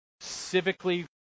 civically